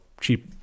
cheap